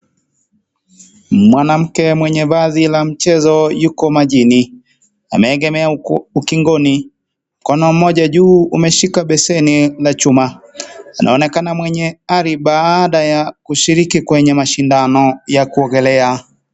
Mwanamke mwenye vazi la mchezo yuko majini, ameegemea ukingoni, mkono mmoja juu umeshika beseni la chuma, anaonekana mwenye ari baada ya kushiriki kwenye mashindano ya kuogelea.